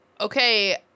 okay